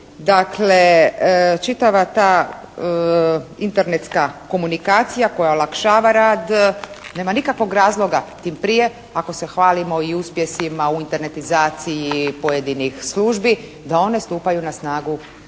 Dakle čitava ta internetska komunikacija koja olakšava rad nema nikakvog razloga tim prije ako se hvalimo i uspjesima u internetizaciji pojedinih službi da one stupaju na snagu